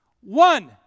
One